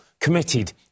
committed